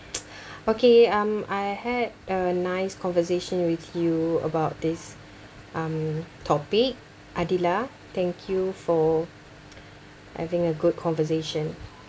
okay um I had a nice conversation with you about this um topic adila thank you for having a good conversation